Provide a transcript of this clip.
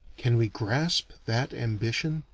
can we grasp that ambition?